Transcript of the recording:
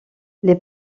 les